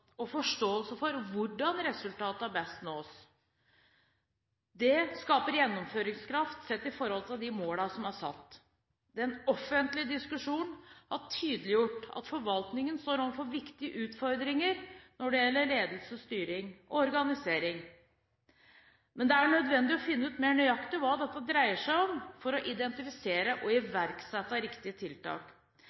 og forståelse for hvordan resultatene best oppnås. Det skaper gjennomføringskraft sett i forhold til de målene som er satt. Den offentlige diskusjonen har tydeliggjort at forvaltningen står overfor viktige utfordringer når det gjelder ledelse, styring og organisering. Men det er nødvendig å finne ut mer nøyaktig hva dette dreier seg om for å identifisere og iverksette riktige tiltak.